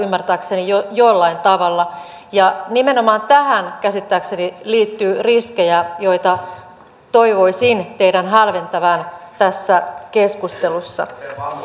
ymmärtääkseni jollain tavalla ja nimenomaan tähän käsittääkseni liittyy riskejä joita toivoisin teidän hälventävän tässä keskustelussa